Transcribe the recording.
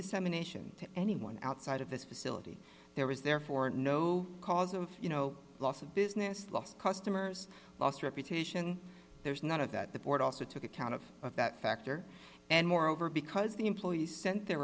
dissemination to anyone outside of this facility there was therefore no cause of you know loss of business lost customers lost reputation there is none of that the board also took account of that factor and moreover because the employees sent their